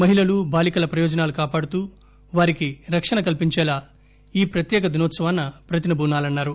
మహిళలు బాలీకల ప్రయోజనాలు కాపాడుతూ వారికి రక్షణ కల్పించేలా ఈ ప్రత్యేక దినోత్సవాన ప్రతిన బూనాలన్నారు